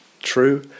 true